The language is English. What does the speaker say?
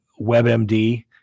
WebMD